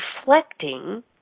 reflecting